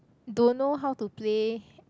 don't know how to play